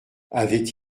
avait